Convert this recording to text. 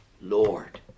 Lord